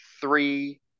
three